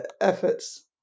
efforts